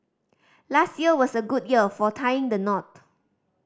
last year was a good year for tying the knot